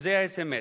זה האס.אם.אס.